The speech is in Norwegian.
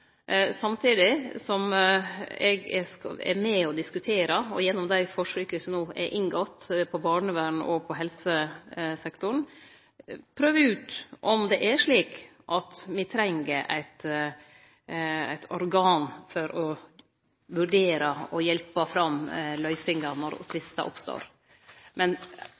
samtidig som eg er med og diskuterer, og gjennom dei forsøka som ein har gjort når det gjeld barnevernet og helsesektoren, prøver ut om det er slik at me treng eit organ for å vurdere og hjelpe fram løysingar når tvistar oppstår. Men